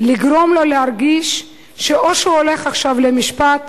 לגרום לו להרגיש שאו שהוא הולך עכשיו למשפט